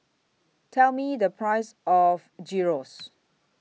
Tell Me The Price of Gyros